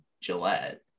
Gillette